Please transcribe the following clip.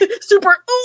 Super